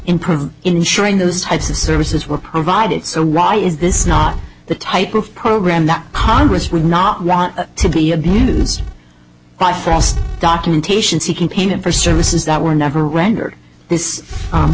prison ensuring those types of services were provided so why is this not the type of program that congress would not want to be abused by false documentation seeking payment for services that were never rendered this